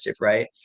right